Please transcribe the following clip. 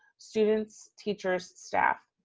students, teachers, staff.